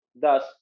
Thus